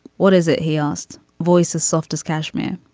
what is it? he asked. voice as soft as cashmere.